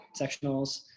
sectionals